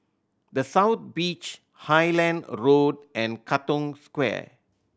The South Beach Highland Road and Katong Square